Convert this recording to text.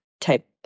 type